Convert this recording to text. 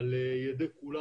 על ידי כולם,